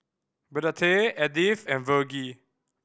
Burdette Edith and Vergie